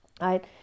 Right